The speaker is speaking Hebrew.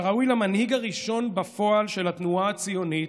כראוי למנהיג הראשון בפועל של התנועה הציונית,